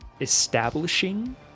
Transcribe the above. establishing